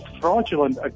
fraudulent